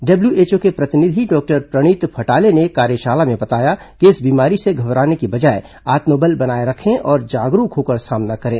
WHO के प्रतिनिधि doctor Praneet Phatale ने कार्यशाला में बताया कि इस बीमारी से घबराने की बजाय आत्मबल बनाए रखें और जागरूक होकर सामना करें